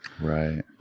Right